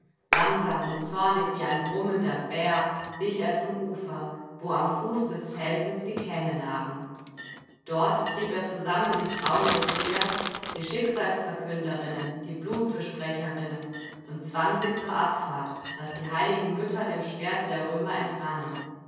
langsam und zornig wie ein brummender bär wich er zum ufer wo am fuß des felsens die kähne lagen dort trieb er zusammen die frauen des heers die schicksalsverkünderinnen die blutbesprecherinnen und zwang sie zur abfahrt daß die heiligen mütter dem schwerte der römer entrannen